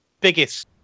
biggest